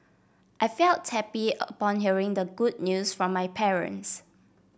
I felt happy upon hearing the good news from my parents